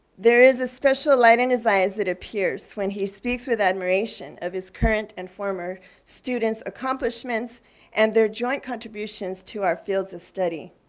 there is a special light in his eyes that appears when he speaks with admiration of his current and former students' accomplishments and their joint contributions to our fields of study.